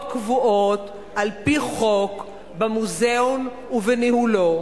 קבועות על-פי חוק במוזיאון ובניהולו,